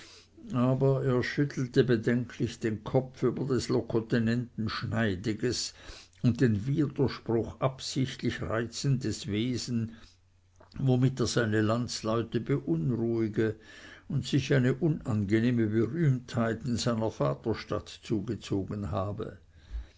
aber er schüttelte bedenklich den kopf über des locotenenten schneidiges und den widerspruch absichtlich reizendes wesen womit er seine landsleute beunruhige und sich eine unangenehme berühmtheit in seiner vaterstadt zugezogen habe